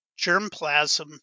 germplasm